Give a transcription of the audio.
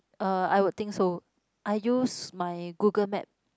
uh I would think so I use my Google Map